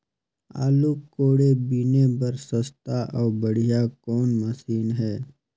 आलू कोड़े बीने बर सस्ता अउ बढ़िया कौन मशीन हे?